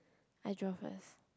I draw first